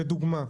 לדוגמא,